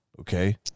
Okay